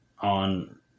on